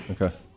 Okay